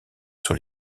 sur